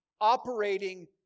operating